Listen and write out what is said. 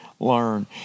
learn